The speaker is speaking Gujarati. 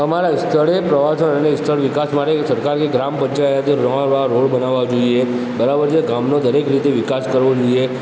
તમારા સ્થળે પ્રવાસન અને ઇસ્થળ વિકાસ માટે સરકાર અને ગ્રામ પંચાયતે નવાં નવાં રોડ બનાવવા જોઇએ બરાબર છે ગામનો દરેક રીતે વિકાસ કરવો જોઇએ